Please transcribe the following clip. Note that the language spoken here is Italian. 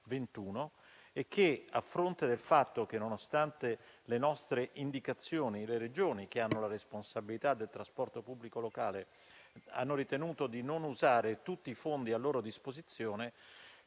e che, a fronte del fatto che, nonostante le nostre indicazioni, le Regioni che hanno la responsabilità del trasporto pubblico locale hanno ritenuto di non usare tutti i fondi a loro disposizione,